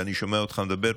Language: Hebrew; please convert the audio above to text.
ואני שומע אותך מדבר.